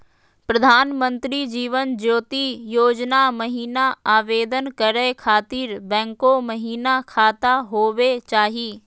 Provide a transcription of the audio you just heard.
प्रधानमंत्री जीवन ज्योति योजना महिना आवेदन करै खातिर बैंको महिना खाता होवे चाही?